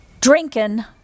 drinking